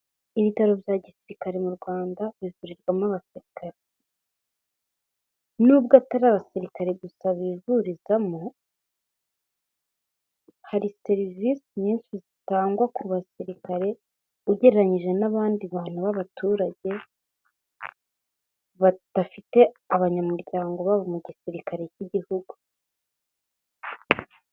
Ibitaro bya gisirikare mu Rwanda bivurirwamo abasirikare. Nubwo atari abasirikare gusa bivurizamo, hari serivisi nyinshi zitangwa ku basirikare ugereranyije n'abandi bantu b'abaturage badafite abanyamuryango babo mu gisirikare cy'Igihugu.